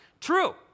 True